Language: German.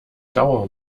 dauer